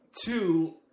Two